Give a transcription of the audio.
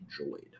enjoyed